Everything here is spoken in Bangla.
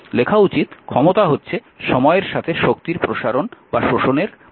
লেখা উচিত ক্ষমতা হচ্ছে সময়ের সাথে শক্তির প্রসারণ বা শোষণের পরিবর্তনের হার